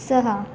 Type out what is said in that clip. सहा